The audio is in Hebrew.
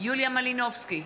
יוליה מלינובסקי,